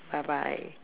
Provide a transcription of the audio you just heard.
bye bye